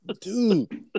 Dude